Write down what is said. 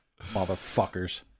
Motherfuckers